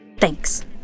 thanks